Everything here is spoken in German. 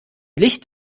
licht